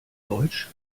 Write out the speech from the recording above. deutsch